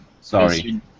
Sorry